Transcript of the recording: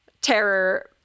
terror